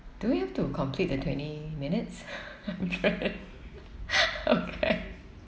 do we have to complete the twenty minutes okay